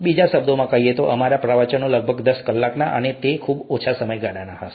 બીજા શબ્દોમાં કહીએ તો અમારા પ્રવચનો લગભગ દસ કલાકના અને તે ખૂબ ઓછા સમયગાળાના હશે